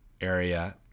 area